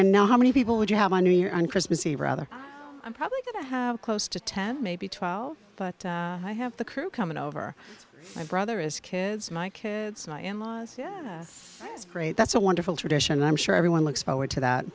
and now how many people would you have on new year on christmas eve rather i'm probably going to have close to ten maybe twelve but i have the crew coming over my brother is kids my kids my in laws is great that's a wonderful tradition and i'm sure everyone looks forward to that